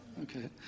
Okay